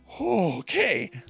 Okay